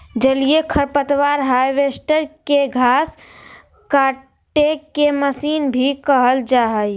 जलीय खरपतवार हार्वेस्टर, के घास काटेके मशीन भी कहल जा हई